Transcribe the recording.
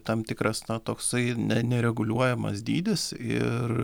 tam tikras na toksai ne nereguliuojamas dydis ir